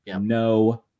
no